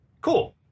Cool